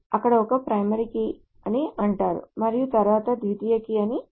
అక్కడ ఒక primary key అని అంటారు మరియు తరువాత ద్వితీయ కీ అని పిలుస్తారు